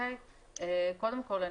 קודם כול,